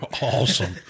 awesome